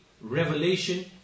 revelation